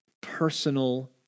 personal